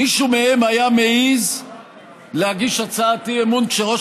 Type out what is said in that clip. מישהו מהם היה מעז להגיש הצעת אי-אמון כשראש